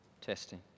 Testing